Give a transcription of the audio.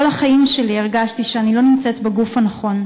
כל החיים שלי הרגשתי שאני לא נמצאת בגוף הנכון,